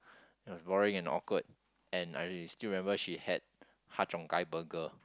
it was boring and awkward and I still remember she had Ha-Cheong-Gai burger